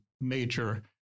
major